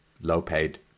low-paid